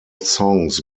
songs